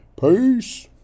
Peace